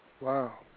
Wow